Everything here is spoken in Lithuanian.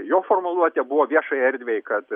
jo formuluotė buvo viešai erdvei kad